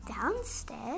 downstairs